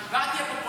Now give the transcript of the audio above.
בחוץ וביטחון.